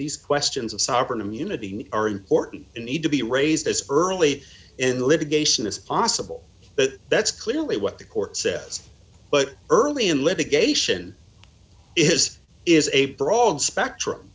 these questions of sovereign immunity are important need to be raised as early in the litigation as possible but that's clearly what the court says but early in litigation it has is a broad spectrum